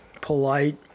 polite